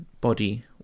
body